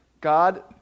God